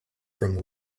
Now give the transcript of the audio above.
from